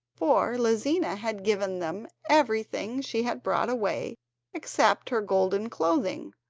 for lizina had given them everything she had brought away except her golden clothing,